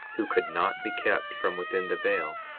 who could not be kept from within the veil,